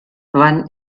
wann